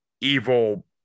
evil